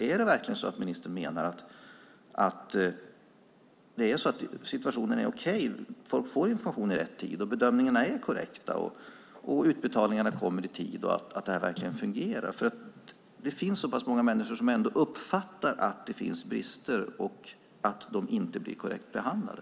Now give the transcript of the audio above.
Är det verkligen så att ministern menar att situationen är okej, att folk får information i rätt tid, att bedömningarna är korrekta, att utbetalningarna kommer i tid och att det här verkligen fungerar? Det finns så pass många människor som ändå uppfattar att det finns brister och att de inte blir korrekt behandlade.